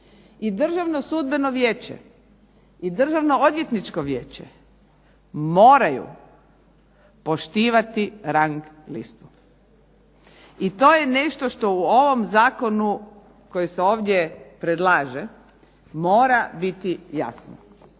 I Državno sudbeno vijeće i Državno odvjetničko vijeće moraju poštivati rang listu. I to je nešto što u ovom zakonu koji se ovdje predlaže mora biti jasno.